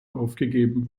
aufgegeben